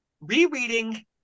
rereading